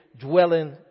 dwelling